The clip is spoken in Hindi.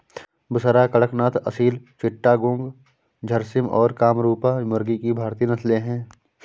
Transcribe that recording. बुसरा, कड़कनाथ, असील चिट्टागोंग, झर्सिम और कामरूपा मुर्गी की भारतीय नस्लें हैं